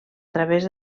través